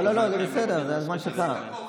זה בסדר, זה הזמן שלך.